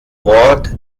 wort